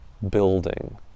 building